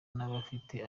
n’abifite